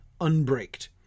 unbraked